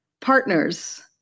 partners